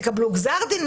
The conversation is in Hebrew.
תקבלו גזר דין,